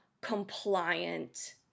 compliant